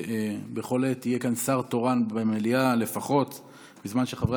שיפעלו לפי תוכנית הכשרה ייעודית במקצועות הנדרשים בהתאם לשינויים שיחולו